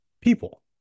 people